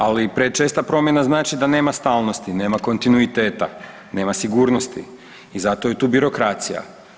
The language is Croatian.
Ali prečesta promjena znači da nema stalnosti, nema kontinuiteta, nema sigurnosti i zato je tu birokracija.